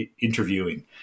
interviewing